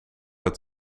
het